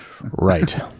right